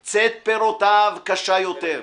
/ צאת פירותיו קשה יותר,